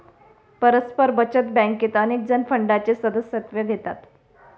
परस्पर बचत बँकेत अनेकजण फंडाचे सदस्यत्व घेतात